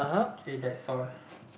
okay that's all